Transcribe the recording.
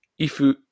Ifu